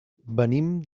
venim